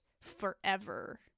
Forever